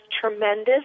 tremendous